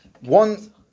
One